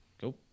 go